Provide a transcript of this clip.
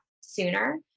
sooner